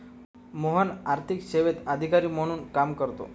मोहन आर्थिक सेवेत अधिकारी म्हणून काम करतो